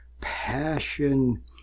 passion